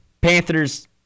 Panthers